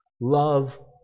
Love